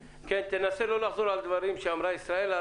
תנסה לא לחזור על דברים שאמרה ישראלה,